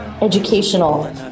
educational